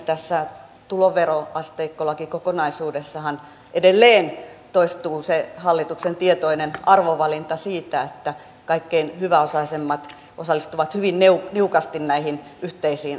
tässä tuloveroasteikkolakikokonaisuudessahan edelleen toistuu se hallituksen tietoinen arvovalinta siitä että kaikkein hyväosaisimmat osallistuvat hyvin niukasti näihin yhteisiin talkoisiin